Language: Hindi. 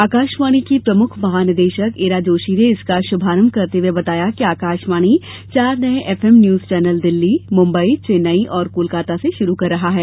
आकाशवाणी की प्रमुख महानिदेशक ईरा जोशी ने इसका शुभारंभ करते हुए बताया कि आकाशवाणी चार नये FM news channel Delhi Mumbai Chennai और कोलकाता से शुरू कर रहा है